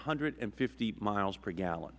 one hundred and fifty miles per gallon